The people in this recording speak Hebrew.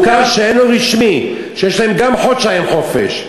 המוכר שאינו רשמי, שיש להם גם חודשיים חופש,